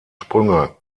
sprünge